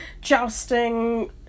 jousting